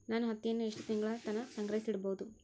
ನಾನು ಹತ್ತಿಯನ್ನ ಎಷ್ಟು ತಿಂಗಳತನ ಸಂಗ್ರಹಿಸಿಡಬಹುದು?